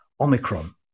Omicron